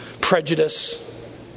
prejudice